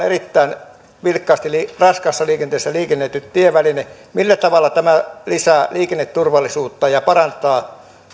erittäin raskaassa liikenteessä liikennöity tieväli millä tavalla tämä lisää liikenneturvallisuutta ja parantaa